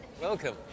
Welcome